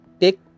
take